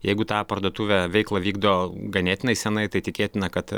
jeigu tą parduotuvę veiklą vykdo ganėtinai senai tai tikėtina kad